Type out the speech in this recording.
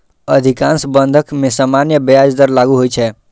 अधिकांश बंधक मे सामान्य ब्याज दर लागू होइ छै